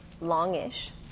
longish